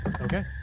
Okay